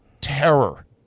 terror